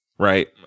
Right